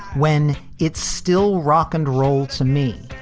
when it's still rock and roll to me,